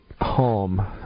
home